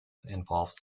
involves